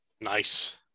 nice